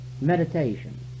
meditation